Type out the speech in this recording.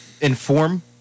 inform